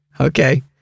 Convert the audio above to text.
Okay